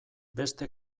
beste